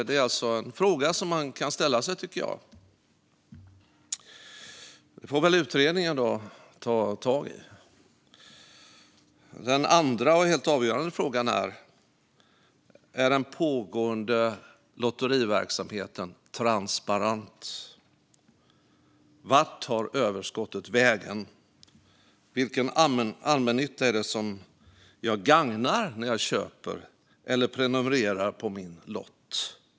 Det är en fråga som jag tycker att man kan ställa sig. Det får utredningen ta tag i. Den andra och helt avgörande frågan är: Är den pågående lotteriverksamheten transparent? Vart tar överskottet vägen? Vilken allmännytta är det som jag gagnar när jag köper eller prenumererar på min lott?